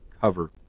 cover